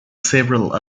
several